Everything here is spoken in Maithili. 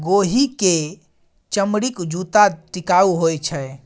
गोहि क चमड़ीक जूत्ता टिकाउ होए छै